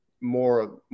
more